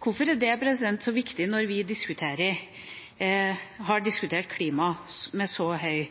Hvorfor er det så viktig når vi har diskutert klima med så høy